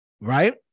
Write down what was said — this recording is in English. Right